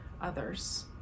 others